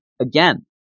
again